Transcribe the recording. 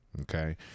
okay